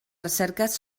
recerques